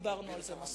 דיברנו על זה מספיק.